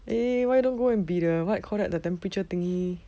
eh why don't go and be the what you call that the temperature thingy